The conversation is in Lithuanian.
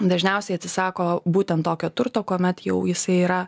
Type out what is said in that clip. dažniausiai atsisako būtent tokio turto kuomet jau jisai yra